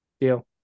Deal